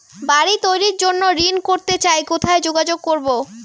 বাড়ি তৈরির জন্য ঋণ করতে চাই কোথায় যোগাযোগ করবো?